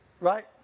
right